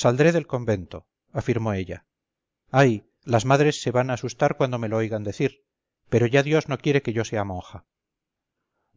saldré del convento afirmó ella ay las madres se van a asustar cuando me lo oigan decir pero ya dios no quiere que yo sea monja